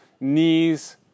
knees